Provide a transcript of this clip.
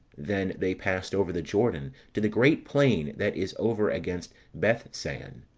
then they passed over the jordan to the great plain that is over against bethsan.